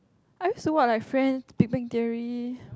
I used to watch like friends big bang theory